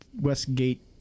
Westgate